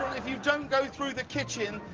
if you don't go through the kitchen,